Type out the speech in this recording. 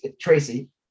tracy